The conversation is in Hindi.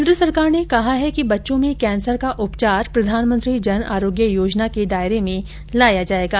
केंद्र सरकार ने कहा है कि बच्चों में कैंसर का उपचार प्रधानमंत्री जन आरोग्य योजना के दायरे में लाया जाएगा